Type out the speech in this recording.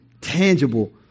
tangible